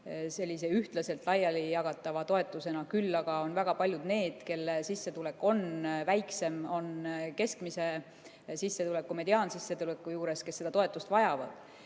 sellise ühtlaselt laiali jagatava toetusena. Küll aga on väga palju neid, kelle sissetulek on väiksem, on keskmise sissetuleku või mediaansissetuleku juures ja kes seda toetust vajavad.